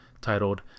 titled